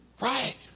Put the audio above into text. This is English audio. right